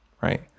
right